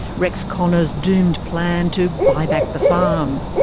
rex connor's doomed plan to buy back the farm.